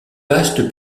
vaste